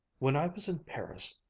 when i was in paris,